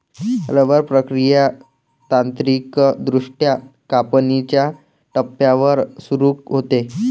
rubber प्रक्रिया तांत्रिकदृष्ट्या कापणीच्या टप्प्यावर सुरू होते